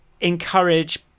encourage